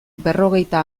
berrogeita